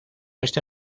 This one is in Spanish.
este